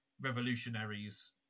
revolutionaries